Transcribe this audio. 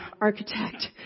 architect